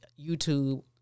YouTube